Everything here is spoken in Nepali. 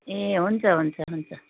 ए हुन्छ हुन्छ हुन्छ